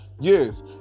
yes